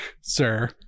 sir